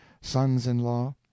sons-in-law